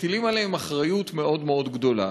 מטילים עליהן אחריות מאוד מאוד גדולה